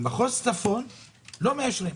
במחוז צפון לא מאשרים.